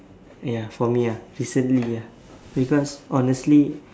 ya for me ah recently ah because honestly